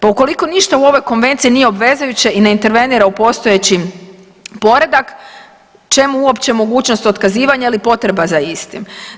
Pa ukoliko ništa u ovoj konvenciji nije obvezujuće i ne intervenira u postojeći poredak čemu uopće mogućnost otkazivanja ili potreba za istim.